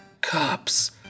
cops